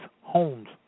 homes